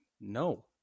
No